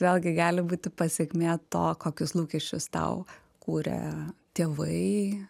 vėlgi gali būti pasekmė to kokius lūkesčius tau kūrė tėvai